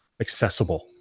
accessible